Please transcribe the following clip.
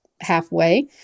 halfway